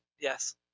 yes